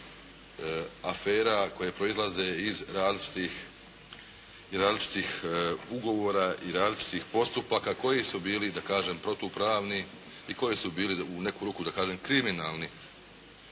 afera koje proizlaze iz različitih ugovora i različitih postupaka koji su bili da kažem protupravni i koji su bili u neku ruku da kažem kriminalni.